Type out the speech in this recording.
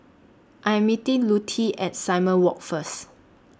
I Am meeting Lutie At Simon Walk First